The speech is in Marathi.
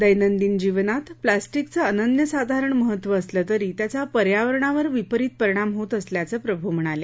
दैनंदिन जीवनात प्लॉस्टिकच अनन्यसाधारण महत्व असलं तरी त्याचा पर्यावरणावर विपरीत परिणाम होत असल्याचं प्रभू म्हणाले